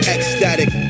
Ecstatic